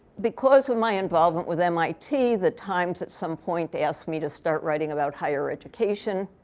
because of my involvement with mit, the times, at some point, they asked me to start writing about higher education.